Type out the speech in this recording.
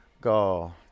go